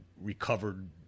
recovered